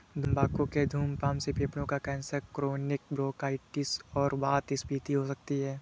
तंबाकू के धूम्रपान से फेफड़ों का कैंसर, क्रोनिक ब्रोंकाइटिस और वातस्फीति हो सकती है